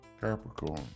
Capricorn